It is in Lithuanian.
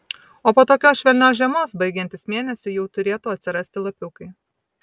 o po tokios švelnios žiemos baigiantis mėnesiui jau turėtų atsirasti lapiukai